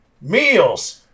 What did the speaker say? meals